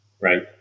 Right